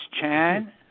Chan